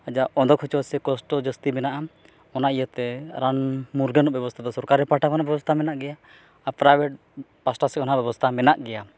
ᱟᱡᱟᱜ ᱚᱸᱫᱚᱜᱚᱪᱚ ᱥᱮ ᱠᱚᱥᱴᱚ ᱡᱟᱹᱥᱛᱤ ᱢᱮᱱᱟᱜᱼᱟ ᱚᱱᱟ ᱤᱭᱟᱹᱛᱮ ᱨᱟᱱ ᱢᱩᱨᱜᱟᱹᱱ ᱨᱮᱱᱟᱜ ᱵᱮᱵᱚᱥᱛᱟ ᱫᱚ ᱥᱚᱚᱨᱠᱟᱨᱤ ᱯᱟᱦᱴᱟ ᱠᱷᱚᱱᱟᱜ ᱵᱮᱵᱚᱥᱛᱟ ᱢᱮᱱᱟᱜ ᱜᱮᱭᱟ ᱟᱨ ᱯᱨᱟᱭᱵᱷᱮᱴ ᱯᱟᱥᱴᱟ ᱥᱮᱡ ᱠᱷᱚᱱᱟᱜ ᱚᱱᱟ ᱵᱮᱵᱚᱥᱛᱟ ᱢᱮᱱᱟᱜ ᱜᱮᱭᱟ